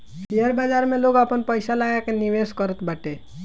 share बाजार में लोग आपन पईसा लगा के निवेश करत बाटे